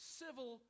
civil